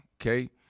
Okay